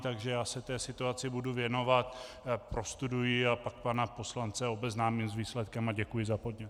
Takže já se té situaci budu věnovat, prostuduji ji a pak pana poslance obeznámím s výsledkem a děkuji za podnět.